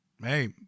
hey